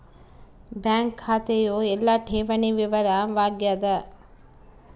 bank ಖಾತೆಯು ಎಲ್ಲ ಠೇವಣಿ ವಿವರ ವಾಗ್ಯಾದ